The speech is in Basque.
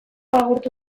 agurtu